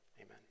amen